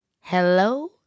Hello